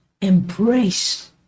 embrace